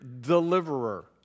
deliverer